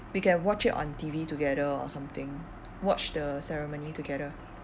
we can watch it on T_V together or something watch the ceremony together